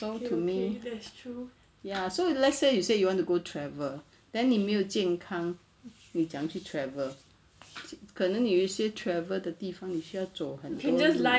so to me ya so if let's say you say you want to go travel then 你没有健康你怎么样去 travel 可能有一些 travel 的地方你需要走很多力